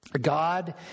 God